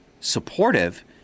supportive